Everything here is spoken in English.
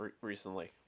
recently